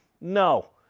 No